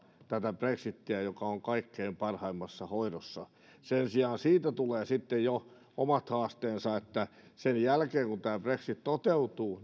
brexitiä joka on kaikkein parhaimmassa hoidossa sen sijaan siitä tulee sitten jo omat haasteensa että miten sen jälkeen kun tämä brexit toteutuu